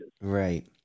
Right